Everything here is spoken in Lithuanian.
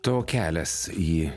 tavo kelias į